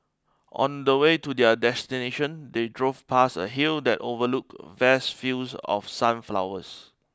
on the way to their destination they drove past a hill that overlooked vast fields of sunflowers